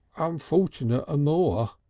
unfortunate amoor,